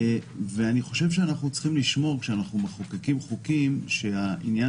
אני חושב שכשאנחנו מחוקקים חוקים שהעניין